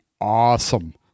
awesome